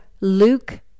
Luke